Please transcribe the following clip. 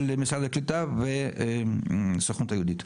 של משרד הקליטה והסוכנות היהודית.